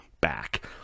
back